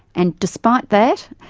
and despite that,